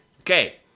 Okay